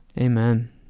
Amen